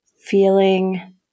feeling